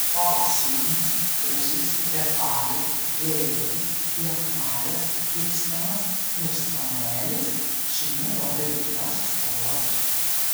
tolos sūnūs uzis refaja jerielis jachmajas ibsamas ir samuelis šeimų vadai narsūs kovotojai